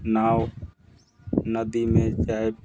नाव नदी में चाहे